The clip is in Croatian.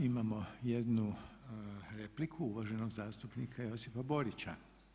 Imamo jednu repliku uvaženog zastupnika Josipa Borića.